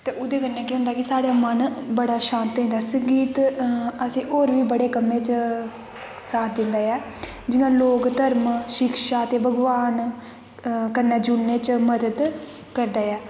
ते उ'दे कन्नै केह् होंदा कि साढ़ा मन बड़ा शांत होई जंदा संगीत अजें होर बी बड़े कम्में च साथ दिंदा ऐ जि'यां लोक धर्म शिक्षा ते भगवान कन्नै जुड़ने च मदद करदा ऐ